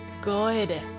good